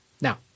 Now